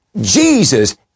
Jesus